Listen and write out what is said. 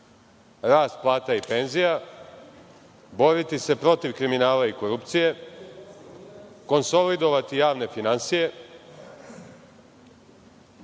rast plata i penzija, boriti se protiv kriminala i korupcije, konsolidovati javne finansije,